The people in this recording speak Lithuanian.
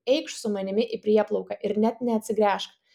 eikš su manimi į prieplauką ir net neatsigręžk